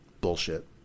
Bullshit